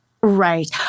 Right